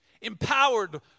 Empowered